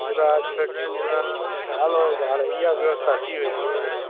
पूरा छह ॾींहं त हलो हीअ व्यवस्था थी वेंदी तव्हांजी